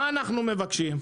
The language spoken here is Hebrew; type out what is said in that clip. מה אנחנו מבקשים?